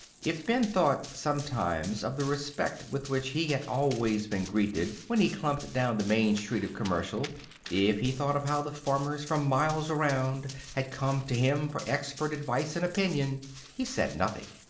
if ben thought, sometimes, of the respect with which he had always been greeted when he clumped down the main street of commercial if he thought of how the farmers for miles around had come to him for expert advice and opinion he said nothing.